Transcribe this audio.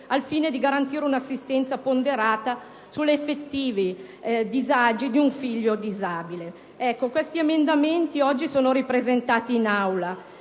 al fine di garantire una assistenza ponderata sugli effettivi disagi di un figlio disabile. Questi emendamenti oggi sono ripresentati in Aula.